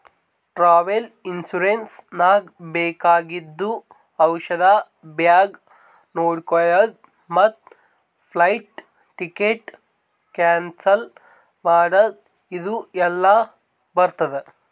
travel insurance ನಾಗ್ ಬೇಕಾಗಿದ್ದು ಔಷಧ ಬ್ಯಾಗ್ ನೊಡ್ಕೊಳದ್ ಮತ್ ಫ್ಲೈಟ್ ಟಿಕೆಟ್ ಕ್ಯಾನ್ಸಲ್ ಮಾಡದ್ ಇದು ಎಲ್ಲಾ ಬರ್ತುದ